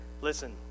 listen